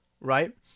right